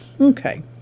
Okay